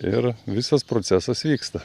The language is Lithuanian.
ir visas procesas vyksta